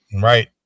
right